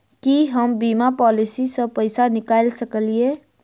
की हम बीमा पॉलिसी सऽ पैसा निकाल सकलिये?